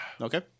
Okay